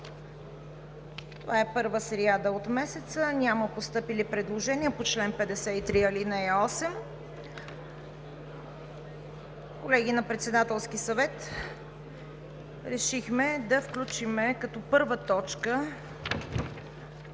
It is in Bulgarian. Това е първата сряда от месеца и няма постъпили предложения по чл. 53, ал. 8. Колеги, на Председателския съвет решихме да включим като първа точка: